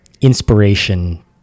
inspiration